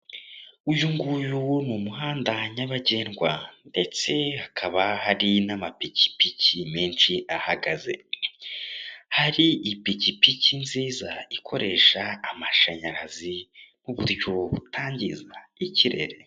Uyu nguyu ni umuhanda nyabagendwa ndetse hakaba hari na mapikipiki menshi ahagaze, hari ipikipiki nziza ikoresha amashanyarazi nk'ubuyo butangiza ikirere.